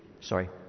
sorry